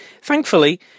Thankfully